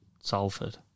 Salford